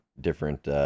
different